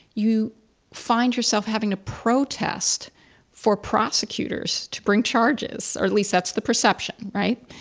you find yourself having to protest for prosecutors to bring charges, or at least that's the perception, right?